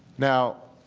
now,